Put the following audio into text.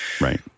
Right